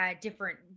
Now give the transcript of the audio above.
different